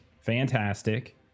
fantastic